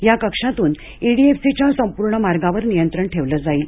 या कक्षातून ईडीएफसीच्या संपूर्ण मार्गावर नियंत्रण ठेवलं जाईल